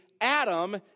Adam